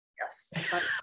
Yes